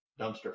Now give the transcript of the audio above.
Dumpster